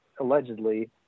allegedly